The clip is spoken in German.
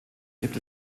gibt